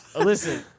Listen